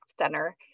center